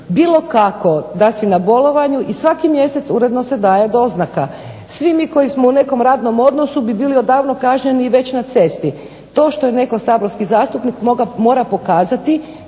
bilo kako da si na bolovanju i svaki mjesec uredno se daje doznaka. Svi mi koji smo u nekom radnom odnosu bi bili odavno kažnjeni i već na cesti. To što je netko saborski zastupnik mora pokazati